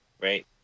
right